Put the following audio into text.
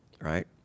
right